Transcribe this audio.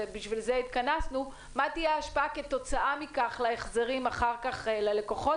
ובשביל זה התכנסנו מה תהיה ההשפעה כתוצאה מכך להחזרים אחר-כך ללקוחות?